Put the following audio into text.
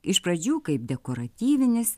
iš pradžių kaip dekoratyvinis